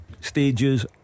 stages